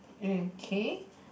okay